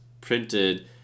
printed